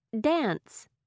dance